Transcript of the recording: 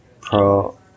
Pro